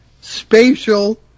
spatial